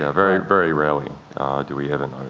ah very very rarely do we ever know,